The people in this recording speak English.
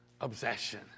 obsession